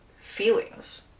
feelings